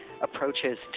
approaches